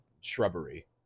shrubbery